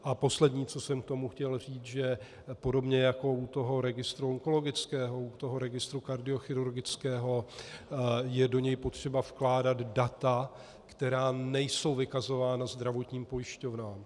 A poslední, co jsem k tomu chtěl říct, že podobně jako u toho registru onkologického, u toho registru kardiochirurgického je do něj potřeba vkládat data, která nejsou vykazována zdravotním pojišťovnám.